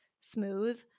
smooth